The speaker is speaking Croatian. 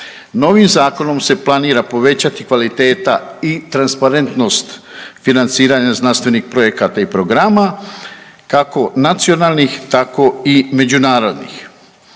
Novim zakonom se planira povećati kvaliteta i transparentnost financiranja znanstvenih projekata i programa kako nacionalnih tako i međunarodnih.